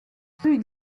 rue